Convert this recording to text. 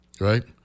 right